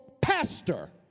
pastor